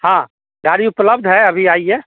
हँ गाड़ी उपलब्ध है अभी आइए